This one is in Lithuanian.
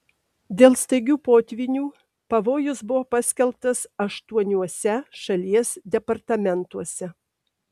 dėl staigių potvynių pavojus buvo paskelbtas aštuoniuose šalies departamentuose